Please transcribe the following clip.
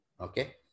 Okay